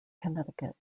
connecticut